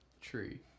tree